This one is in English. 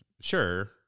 sure